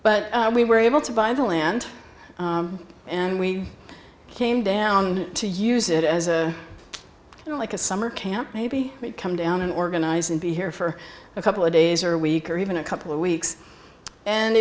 but we were able to buy the land and we came down to use it as a you know like a summer camp maybe we'd come down and organize and be here for a couple of days or week or even a couple of weeks and